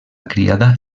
criada